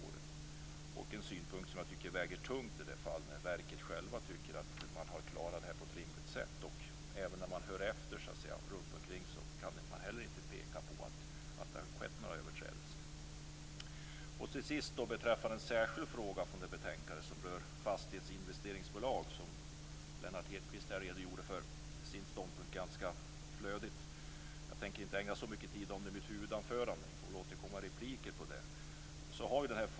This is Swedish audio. Det är en synpunkt som jag tycker väger tungt i de fall där verket självt tycker att man har klarat detta på ett rimligt sätt. Inte heller när man hör efter runt omkring kan man peka på att det skett några överträdelser. En särskild fråga i betänkandet rör fastighetsinvesteringsbolag. Lennart Hedquist redogjorde ganska flödigt för sin ståndpunkt. Jag tänker inte ägna så mycket tid åt detta i mitt huvudanförande. Jag får väl återkomma i repliker.